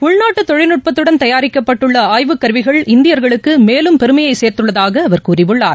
உள்நாட்டுதொழில்நுட்பத்துடன் தயாரிக்கப்பட்டுள்ள ஆய்வுக்கருவிகள் இந்தியர்களுக்குமேலும் பெருமையைசேர்த்துள்ளதாகஅவர் கூறியுள்ளார்